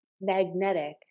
magnetic